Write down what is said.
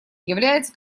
является